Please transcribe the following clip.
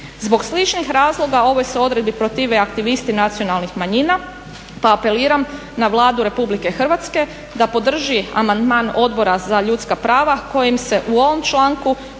Zbog sličnih razloga ovoj se odredbi protive i aktivisti nacionalnih manjina pa apeliram na Vladu Republike Hrvatske da podrži amandman Odbora za ljudska prava kojim se u ovom članku